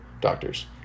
doctors